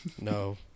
No